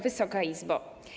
Wysoka Izbo!